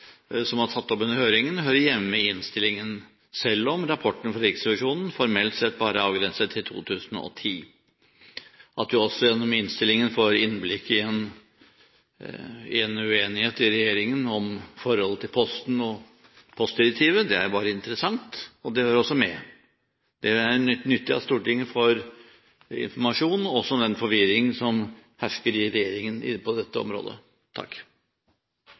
Riksrevisjonen formelt sett bare er avgrenset til 2010. At vi også gjennom innstillingen får innblikk i en uenighet i regjeringen om forholdet til Posten og postdirektivet, er bare interessant, og det hører også med. Det er nyttig at Stortinget får informasjon også om den forvirringen som hersker i regjeringen på dette området.